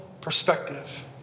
perspective